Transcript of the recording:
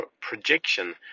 projection